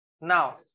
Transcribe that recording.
Now